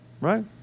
right